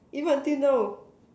even until now